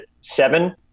seven